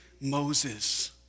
Moses